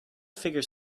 figure